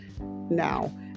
now